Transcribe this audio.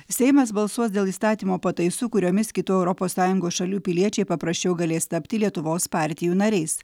seimas balsuos dėl įstatymo pataisų kuriomis kitų europos sąjungos šalių piliečiai paprasčiau galės tapti lietuvos partijų nariais